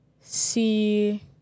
see